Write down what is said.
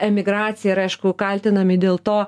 emigracija ir aišku kaltinami dėl to